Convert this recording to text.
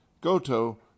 Goto